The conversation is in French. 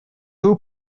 vous